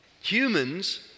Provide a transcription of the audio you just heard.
Humans